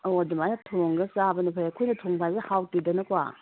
ꯑꯧ ꯑꯗꯨꯃꯥꯏꯅ ꯊꯣꯡꯂꯒ ꯆꯥꯕꯗꯨꯅ ꯐꯩ ꯑꯩꯈꯣꯏꯅ ꯊꯣꯡꯕ ꯍꯥꯏꯁꯦ ꯍꯥꯎꯇꯦꯗꯅꯀꯣ